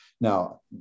now